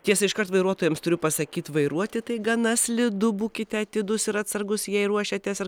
tiesa iškart vairuotojams turiu pasakyt vairuoti tai gana slidu būkite atidūs ir atsargus jei ruošiatės ar